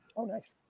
oh nice.